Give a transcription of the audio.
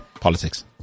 Politics